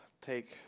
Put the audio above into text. take